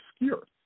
obscure